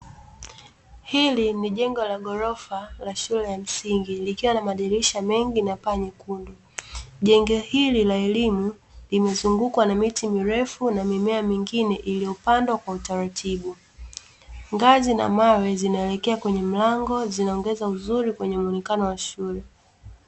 Hili ni jengo la ghorofa la shule ya msingi likiwa na madirisha mengi na paa nyekundu, jengo hili la elimu limezungukwa na miti mirefu na mimea mingine iliyopandwa kwa utaratibu. Ngazi na mawe zinaelekea kwenye mlango zinaongeza uzuri kwenye muonekano wa shule.